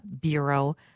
Bureau